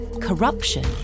corruption